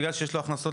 בגלל שיש לו הכנסות,